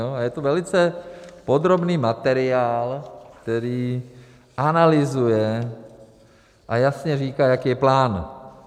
Je to velice podrobný materiál, který analyzuje a jasně říká, jaký je plán.